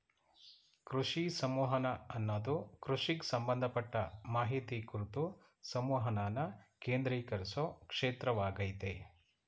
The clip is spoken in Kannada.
ಕೃಷಿ ಸಂವಹನ ಅನ್ನದು ಕೃಷಿಗ್ ಸಂಬಂಧಪಟ್ಟ ಮಾಹಿತಿ ಕುರ್ತು ಸಂವಹನನ ಕೇಂದ್ರೀಕರ್ಸೊ ಕ್ಷೇತ್ರವಾಗಯ್ತೆ